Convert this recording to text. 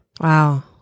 Wow